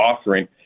offering